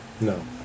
No